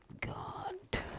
God